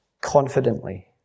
confidently